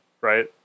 right